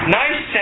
nice